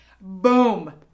boom